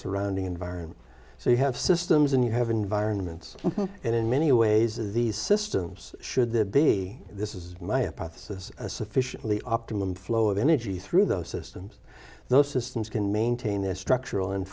surrounding environment so you have systems and you have environments and in many ways of these systems should there be this is my apotheosis a sufficiently optimum flow of energy through those systems those systems can maintain their structural and